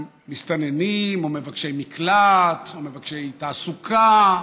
מסתננים או מבקשי מקלט או מבקשי תעסוקה,